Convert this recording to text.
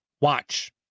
watch